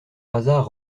hasard